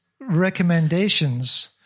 recommendations